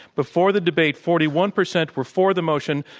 before the debate, forty one percent were for the motion,